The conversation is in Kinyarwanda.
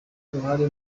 uruhare